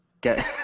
Get